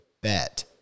bet